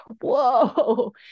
whoa